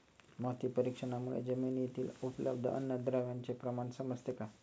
माती परीक्षणामुळे जमिनीतील उपलब्ध अन्नद्रव्यांचे प्रमाण समजते का?